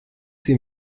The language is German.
sie